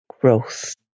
growth